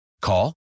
Call